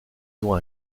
ont